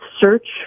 search